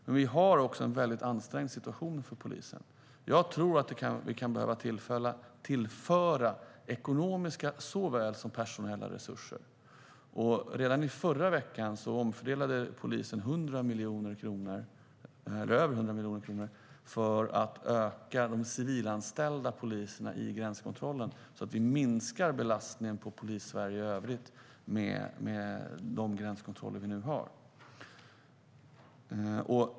Men vi har också en väldigt ansträngd situation för polisen. Vi kan behöva tillföra ekonomiska såväl som personella resurser. Redan i förra veckan omfördelade polisen över 100 miljoner kronor för att öka de civilanställda poliserna vid gränskontrollen så att vi minskar belastningen på Polissverige i övrigt med de gränskontroller som vi nu har.